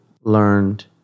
learned